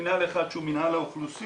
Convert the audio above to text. מינהל אחד שהוא מינהל האוכלוסין,